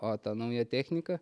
o ta nauja technika